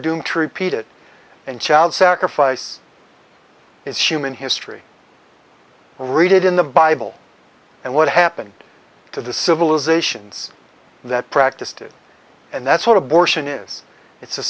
doomed to repeat it and child sacrifice it's human history read it in the bible and what happened to the civilizations that practiced it and that's